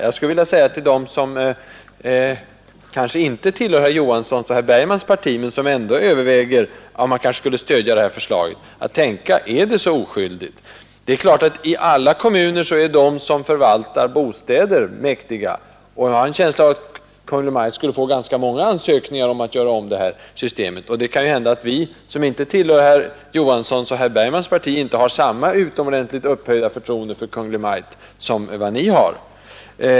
Jag skulle vilja be dem som kanske inte tillhör herr Knut Johanssons och herr Bergmans parti men som ändå överväger att stödja förslaget att tänka efter om det är så oskyldigt. I alla kommuner är naturligtvis de som förvaltar bostäder mäktiga, och jag har en känsla av att Kungl. Maj:t skulle få ganska många ansökningar att göra om systemet. Det kan ju hända att vi som inte tillhör herr Knut Johanssons och herr Bergmans parti inte har samma utomordentligt upphöjda förtroende för Kungl. Maj:t som de.